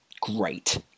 great